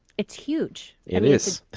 it's huge! it is